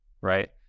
right